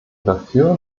dafür